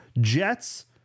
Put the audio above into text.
Jets